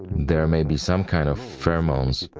there may be some kind of pheromones,